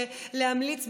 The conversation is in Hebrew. להמליץ,